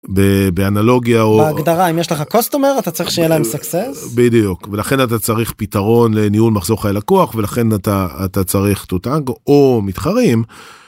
באנלוגיה... בהגדרה, אם יש לך קוסטומר אתה צריך שיהיה להם סקסס. בדיוק. ולכן אתה צריך פתרון לניהול מחזור חיי לקוח ולכן אתה אתה צריך טוטנגו או מתחרים.